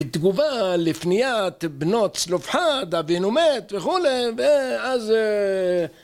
התגובה לפנייה בנות צלופחד, אבינו מת וכולי, ואז...